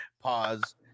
Pause